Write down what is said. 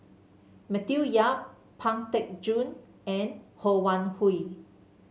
Matthew Yap Pang Teck Joon and Ho Wan Hui